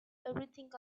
everything